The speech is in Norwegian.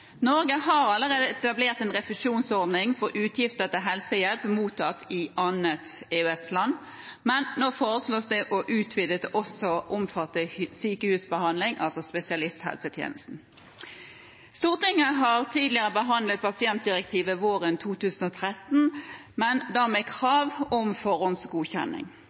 Norge har allerede etablert en refusjonsordning for utgifter til helsehjelp mottatt i annet EØS-land, men nå foreslås det å utvide det til også å omfatte sykehusbehandling, altså spesialisthelsetjenesten. Stortinget behandlet pasientdirektivet våren 2013, men da med krav om forhåndsgodkjenning.